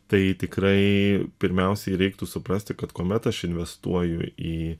tai tikrai pirmiausiai reiktų suprasti kad kuomet aš investuoju į